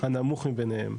הנמוך מבניהם.